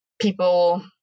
people